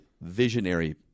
visionary